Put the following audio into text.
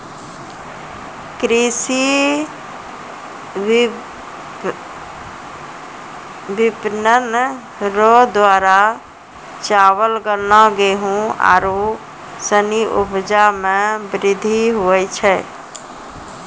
कृषि विपणन रो द्वारा चावल, गन्ना, गेहू आरू सनी उपजा मे वृद्धि हुवै छै